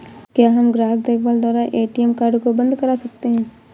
क्या हम ग्राहक देखभाल द्वारा ए.टी.एम कार्ड को बंद करा सकते हैं?